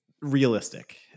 realistic